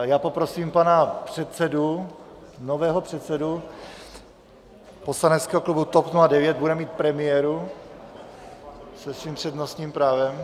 Já poprosím pana předsedu, nového předsedu poslaneckého klubu TOP 09, bude mít premiéru se svým přednostním právem.